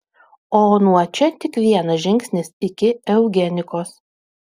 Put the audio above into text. o nuo čia tik vienas žingsnis iki eugenikos